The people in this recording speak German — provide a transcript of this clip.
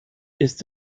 ist